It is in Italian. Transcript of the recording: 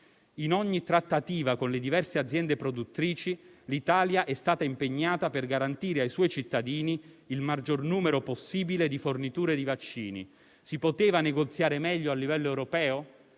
In ogni trattativa con le diverse aziende produttrici, l'Italia è stata impegnata per garantire ai suoi cittadini il maggior numero possibile di forniture di vaccini. Si poteva negoziare meglio a livello europeo?